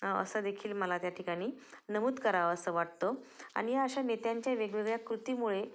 असं देखील मला त्या ठिकाणी नमूद करावं असं वाटतं आणि या अशा नेत्यांच्या वेगवेगळ्या कृतीमुळे